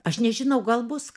aš nežinau gal bus